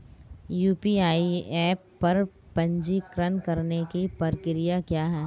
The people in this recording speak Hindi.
यू.पी.आई ऐप पर पंजीकरण करने की प्रक्रिया क्या है?